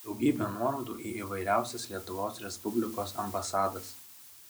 daugybė nuorodų į įvairiausias lietuvos respublikos ambasadas